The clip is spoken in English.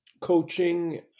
coaching